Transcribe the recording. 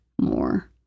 more